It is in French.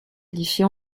édifié